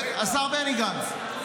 השר בני גנץ,